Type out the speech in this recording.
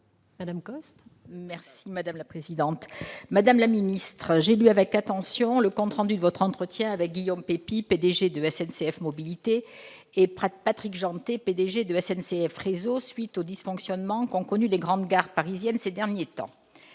Madame la ministre, j'ai lu avec attention le compte rendu de votre entretien avec Guillaume Pepy, PDG de SNCF Mobilités, et Patrick Jeantet, PDG de SNCF Réseau, à la suite des dysfonctionnements qu'ont connus les grandes gares parisiennes ces derniers temps.